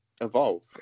evolve